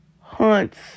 haunts